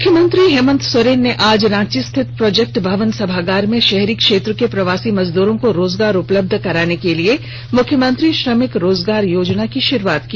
मुख्यमंत्री हेमंत सोरेन ने आज रांची स्थित प्रोजेक्ट भवन सभागार में शहरी क्षेत्र के प्रवासी मजदुरों को रोजगार उपलब्ध कराने के लिए मुख्यमंत्री श्रमिक रोजगार योजना की शुरुआत की